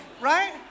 right